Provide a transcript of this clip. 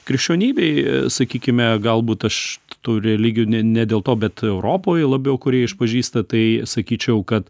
krikščionybėj sakykime galbūt aš tų religijų ne ne dėl to bet europoj labiau kurie išpažįsta tai sakyčiau kad